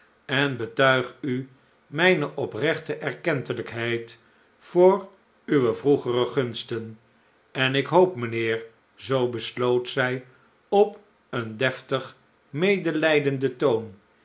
en betuig u mijne oprechte erkentelijkheid voor uwe vroegere gunsten en ik hoop mijnheer zoo besloot zij op een deftig medelijdenden toon